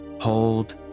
hold